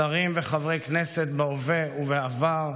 שרים וחברי כנסת בהווה ובעבר,